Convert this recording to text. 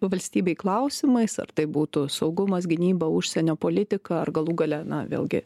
valstybei klausimais ar tai būtų saugumas gynyba užsienio politika ar galų gale na vėlgi